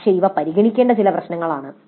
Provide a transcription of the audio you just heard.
പക്ഷേ ഇവ പരിഗണിക്കേണ്ട ചില പ്രശ്നങ്ങളാണ്